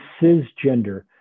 cisgender